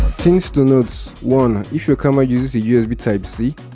things to note one. if your camera uses a usb type c,